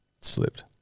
Slipped